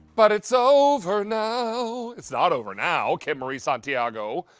but it's over now it's not over now, kim marie santiago,